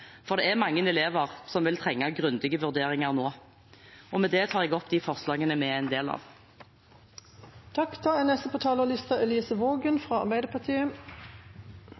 for det er mange elever som vil trenge grundige vurderinger nå. Med det tar jeg opp Høyres forslag. Representanten Margret Hagerup har tatt opp de forslagene